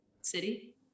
City